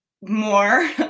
more